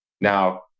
Now